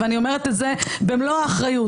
ואני אומרת את זה במלוא האחריות.